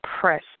press